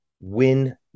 win